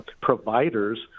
providers